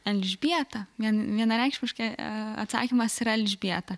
elžbieta vien vienareikšmiškai atsakymas yra elžbieta